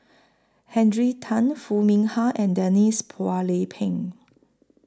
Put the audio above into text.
Tan Foo Mee Har and Denise Phua Lay Peng